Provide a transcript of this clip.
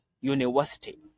university